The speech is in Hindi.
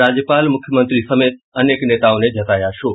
राज्यपाल मुख्यमंत्री समेत अनेक नेताओं ने जताया शोक